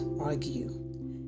argue